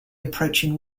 approaching